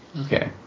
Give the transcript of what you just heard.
okay